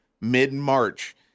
mid-March